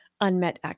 unmet